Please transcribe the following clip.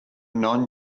non